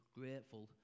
grateful